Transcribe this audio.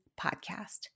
Podcast